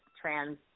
trans